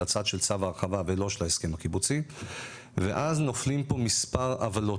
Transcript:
ללכת לצד של צו ההרחבה ולא של ההסכם הקיבוצי ואז נופלים פה מספר עוולות,